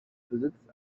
besitzt